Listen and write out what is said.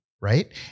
Right